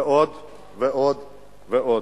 ועוד ועוד ועוד.